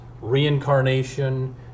reincarnation